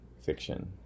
fiction